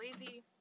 lazy